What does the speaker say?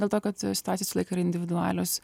dėl to kad situacijos visąlaik yra individualios